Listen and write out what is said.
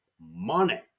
money